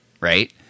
right